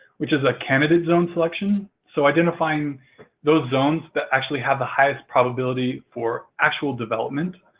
which is a candidate zone selection. so, identifying those zones that actually have the highest probability for actual development.